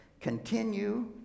continue